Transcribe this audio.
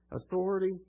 Authority